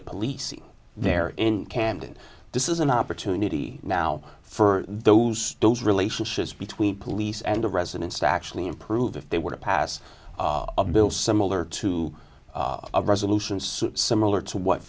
the police there in camden this is an opportunity now for those stores relationships between police and the residents to actually improve if they were to pass a bill similar to a resolution so similar to what